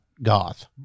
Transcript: Goth